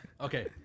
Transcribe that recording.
Okay